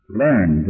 learn